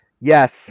Yes